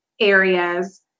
areas